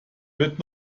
wird